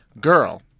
Girl